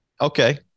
Okay